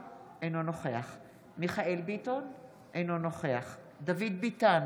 אינו נוכח מיכאל מרדכי ביטון, אינו נוכח דוד ביטן,